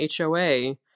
HOA